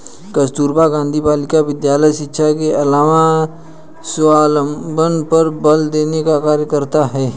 कस्तूरबा गाँधी बालिका विद्यालय शिक्षा के अलावा स्वावलम्बन पर बल देने का कार्य करता है